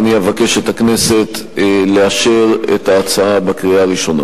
אני אבקש מהכנסת לאשר את ההצעה בקריאה הראשונה.